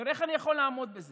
הוא אומר: איך אני יכול לעמוד בזה?